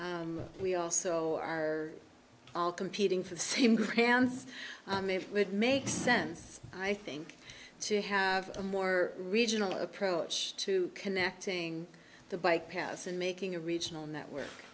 expertise we also are all competing for the same grounds would make sense i think to have a more regional approach to connecting the bike paths and making a regional network